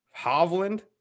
Hovland